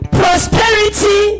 prosperity